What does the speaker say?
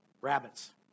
rabbits